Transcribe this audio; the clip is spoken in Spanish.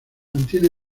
mantiene